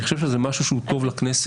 אני חושב שזה משהו שהוא טוב לכנסת.